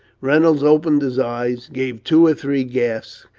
reynolds opened his eyes, gave two or three gasps,